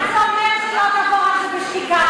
מה זה "לא אעבור על זה בשתיקה"?